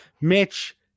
Mitch